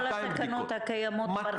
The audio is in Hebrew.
בנוסף לכל הסכנות הקיימות ברחוב.